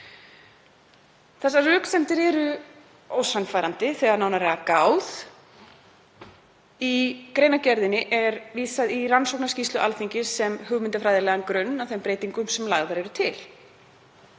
Þessar röksemdir eru ósannfærandi þegar að er gáð. Í greinargerðinni er vísað í rannsóknarskýrslu Alþingis sem hugmyndafræðilegan grunn að þeim breytingum sem lagðar eru til.